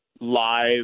Live